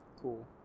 Cool